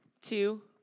two